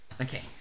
Okay